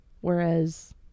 whereas